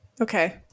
okay